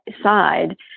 side